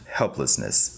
helplessness